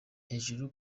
hejuru